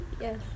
yes